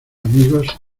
amigos